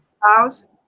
house